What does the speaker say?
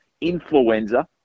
influenza